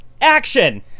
action